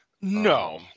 No